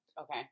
Okay